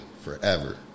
forever